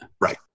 Right